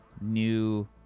new